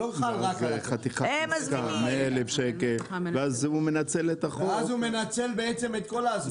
הם מזמינים ב-100 אלף שקל ומנצלים את החוק.